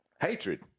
Hatred